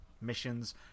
missions